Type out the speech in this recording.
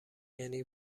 یعنی